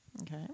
Okay